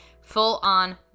full-on